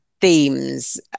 themes